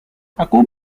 aku